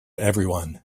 everyone